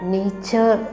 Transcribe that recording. nature